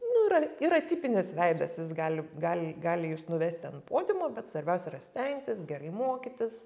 nu yra yra tipinis veidas jis gali gali gali jus nuvesti ant podiumo bet svarbiausia yra stengtis gerai mokytis